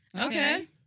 okay